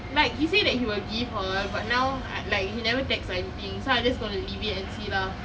like he say that he will give hor but now like he never take text or anything so I'm just gonna leave it and see lah